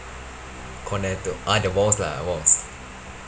cornetto ah the walls lah walls